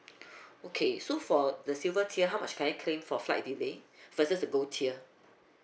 okay so for the silver tier how much can I claim for flight delay versus the gold tier